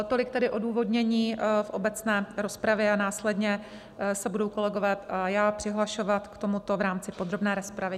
Tolik tedy odůvodnění v obecné rozpravě a následně se budou kolegové a já přihlašovat k tomuto v rámci podrobné rozpravy.